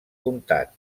comtat